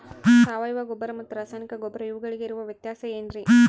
ಸಾವಯವ ಗೊಬ್ಬರ ಮತ್ತು ರಾಸಾಯನಿಕ ಗೊಬ್ಬರ ಇವುಗಳಿಗೆ ಇರುವ ವ್ಯತ್ಯಾಸ ಏನ್ರಿ?